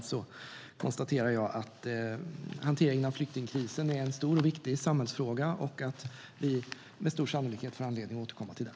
Jag konstaterar att hanteringen av flyktingkrisen är en stor och viktig samhällsfråga och att vi med stor sannolikhet får anledning att återkomma till den.